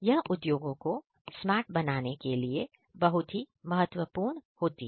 यह उद्योगों को स्मार्ट बनाने के लिए बहुत ही महत्वपूर्ण होती हैं